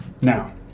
Now